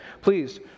please